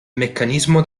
meccanismo